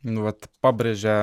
nu vat pabrėžia